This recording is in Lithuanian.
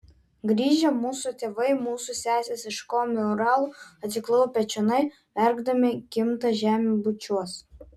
grįžę mūsų tėvai mūsų sesės iš komi uralo atsiklaupę čionai verkdami gimtą žemę bučiuos